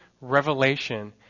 revelation